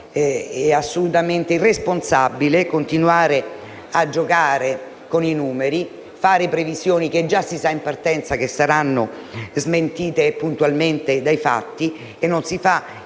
ed assolutamente irresponsabile continuare a giocare con i numeri e fare previsioni che già si sa in partenza che saranno puntualmente smentite dai fatti, mentre non si fa invece